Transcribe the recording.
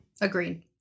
agreed